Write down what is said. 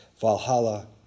Valhalla